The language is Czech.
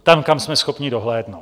Tam, kam jsme schopni dohlédnout.